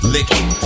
Licking